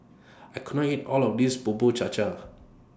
I can't eat All of This Bubur Cha Cha